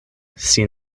sin